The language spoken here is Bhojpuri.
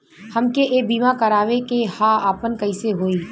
हमके एक बीमा करावे के ह आपन कईसे होई?